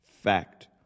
fact